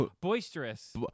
Boisterous